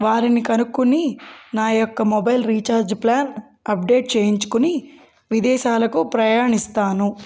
వారిని కనుక్కొని నా యొక్క మొబైల్ రీఛార్జ్ ప్లాన్ అప్డేట్ చేయించుకుని విదేశాలకు ప్రయాణిస్తాను